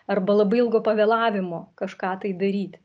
arba labai ilgo pavėlavimo kažką tai daryt